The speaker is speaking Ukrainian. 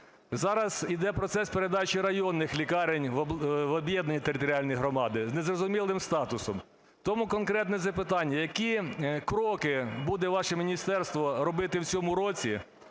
Зараз іде процес передачі районних лікарень в об'єднані територіальні громади з незрозумілим статусом. Тому конкретне запитання. Які кроки буде ваше міністерство робити в цьому році,